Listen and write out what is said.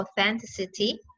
authenticity